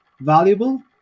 valuable